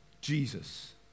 Jesus